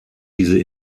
diese